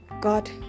God